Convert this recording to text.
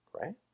right